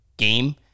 game